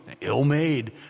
ill-made